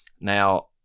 now